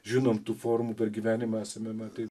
žinom tų formų per gyvenimą esame matę